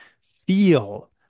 feel